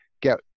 get